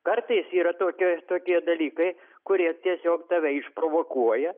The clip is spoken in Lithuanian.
kartais yra tokie tokie dalykai kurie tiesiog tave išprovokuoja